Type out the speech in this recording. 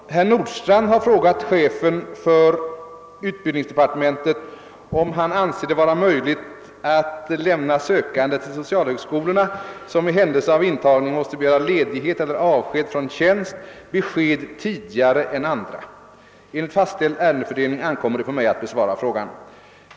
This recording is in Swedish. Herr talman! Herr Nordstrandh har frågat chefen för utbildningsdepartementet om han anser det vara möjligt att lämna sökande till socialhögskolorna, som i händelse av intagning måste begära ledighet eller avsked från tjänst, besked tidigare än andra. Enligt fastställd ärendefördelning ankommer det på mig att besvara frågan.